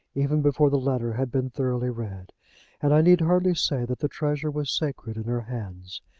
even before the letter had been thoroughly read and i need hardly say that the treasure was sacred in her hands.